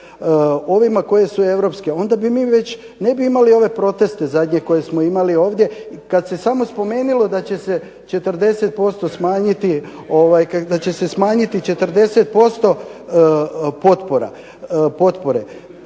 ovima koje su europske onda bi mi već, ne bi imali ove proteste zadnje koje smo imali ovdje kad se samo spomenulo da će se 40% smanjiti, da će